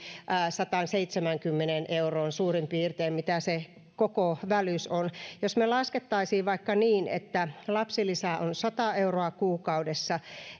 sataanseitsemäänkymmeneen euroon asti mitä se koko välys on jos laskettaisiin vaikka niin että lapsilisä on sata euroa kuukaudessa